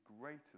greater